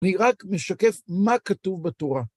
אני רק משקף מה כתוב בתורה.